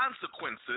consequences